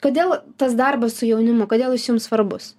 kodėl tas darbas su jaunimu kodėl jis jums svarbus